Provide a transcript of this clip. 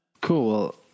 Cool